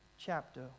chapter